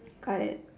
car at